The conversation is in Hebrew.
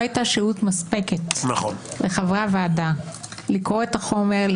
הייתה שהות מספקת לחברי הוועדה לקרוא את החומר,